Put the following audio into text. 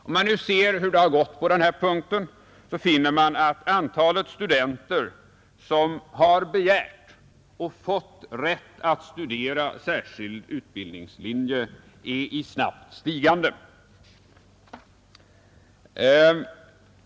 Om man nu ser hur det har gått på den här punkten, finner man att antalet studenter som har begärt och fått rätt att studera enligt särskild utbildningslinje är i snabbt stigande.